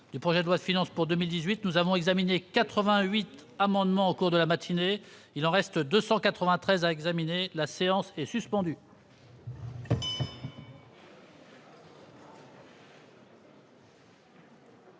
du projet de loi de finances pour 2018 nous avons examiné 88 amendements au cours de la matinée, il en reste 293 à examiner la séance est suspendue.